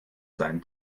seinen